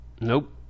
Nope